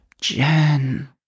Jen